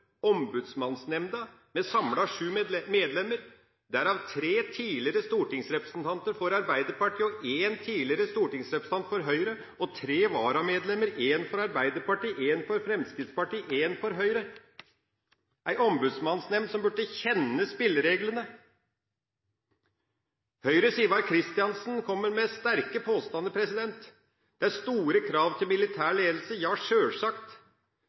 Ombudsmannsnemnda, med samlet sju medlemmer, derav tre tidligere stortingsrepresentanter for Arbeiderpartiet, én tidligere stortingsrepresentant for Høyre og tre varamedlemmer, én for Arbeiderpartiet, én for Fremskrittspartiet og én for Høyre – en ombudsmannsnemnd som burde kjenne spillereglene. Høyres Ivar Kristiansen kommer med sterke påstander. Det er store krav til militær ledelse – ja, sjølsagt.